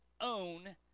own